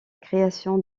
création